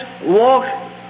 walk